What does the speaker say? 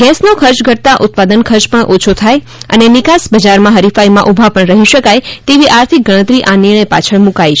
ગેસનો ખર્ચ ઘટતા ઉત્પાદન ખર્ચ પણ ઓ છો થાય અને નિકાસ બજારમાં હરીફાઈમાં ઊભા પણ રહી શકાય તેવી આર્થિક ગણતરી આ નિર્ણય પાછળ મુકાઈ છે